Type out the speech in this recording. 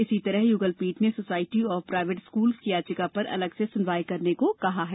इसी तरह युगलपीठ ने सोसायटी ऑफ प्राइवेट स्कूल्स की याचिका पर अलग से सुनवाई करने को कहा है